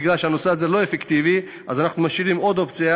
בגלל שזה לא אפקטיבי אנחנו משאירים עוד אופציה,